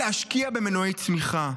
להשקיע במנועי צמיחה.